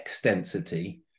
extensity